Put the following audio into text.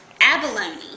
abalone